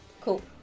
Cool